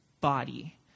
body